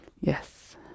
Yes